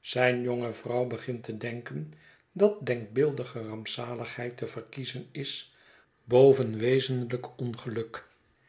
zijn jonge vrouw begin t te denken dat denkbeeldige rampzaligheid te verkiezen is boven wezenlijk ongeluk